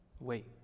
Wait